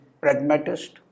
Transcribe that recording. pragmatist